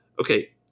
okay